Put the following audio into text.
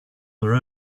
their